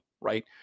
right